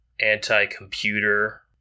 anti-computer